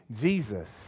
Jesus